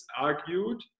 argued